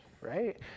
right